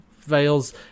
veils